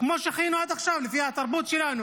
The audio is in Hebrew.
כמו שחיינו עד עכשיו, לפי התרבות שלנו.